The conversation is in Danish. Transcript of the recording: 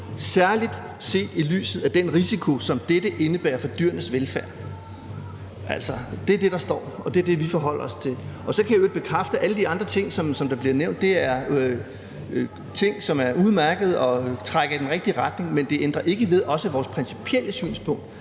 særlig set i lyset af den risiko, som dette indebærer for dyrenes velfærd. Det er det, der står, og det er det, vi forholder os til. Så kan jeg i øvrigt bekræfte alle de andre ting, som der bliver nævnt, og det er ting, som er udmærkede og trækker i den rigtige retning. Men det ændrer ikke ved vores principielle synspunkt,